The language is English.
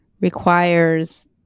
requires